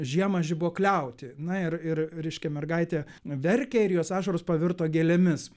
žiemą žibuokliauti na ir ir reiškia mergaitė verkė ir jos ašaros pavirto gėlėmis